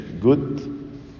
good